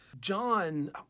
John